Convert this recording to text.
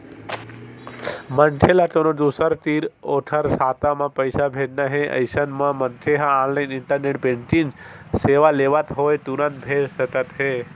मनखे ल कोनो दूसर तीर ओखर खाता म पइसा भेजना हे अइसन म मनखे ह ऑनलाइन इंटरनेट बेंकिंग सेवा लेवत होय तुरते भेज सकत हे